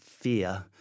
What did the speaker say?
fear